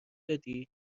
دادی